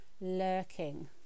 lurking